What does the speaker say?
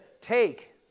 take